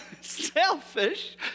selfish